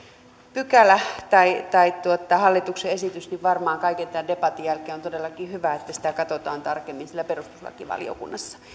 pykälän tai tai hallituksen esityksen kohdalla varmaan kaiken tämän debatin jälkeen on todellakin hyvä että sitä katsotaan tarkemmin siellä perustuslakivaliokunnassa